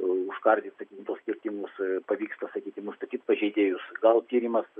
užkardyti sakykim tuos kirtimus pavyksta sakykim nustatyt pažeidėjus gal tyrimas